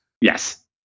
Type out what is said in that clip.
Yes